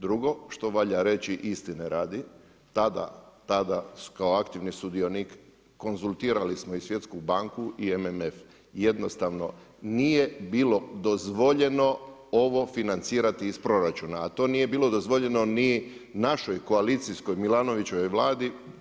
Drugo što valja reći istine radi, tada kao aktivni sudionik konzultirali smo i Svjetsku banku i MMF, jednostavno nije bilo dozvoljeno ovo financirati iz proračuna, a to nije bilo dozvoljeno ni našoj koalicijskoj, Milanovićevoj Vladi.